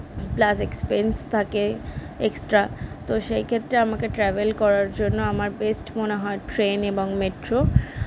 plus expense থাকে extra তো সেই ক্ষেত্রে আমাকে ট্র্যাভেল করার জন্য আমার বেস্ট মনে হয় ট্রেন এবং মেট্রো